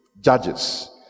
Judges